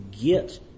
get